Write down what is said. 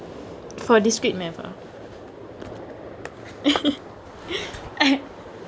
for discrete math ah